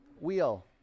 Wheel